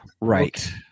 Right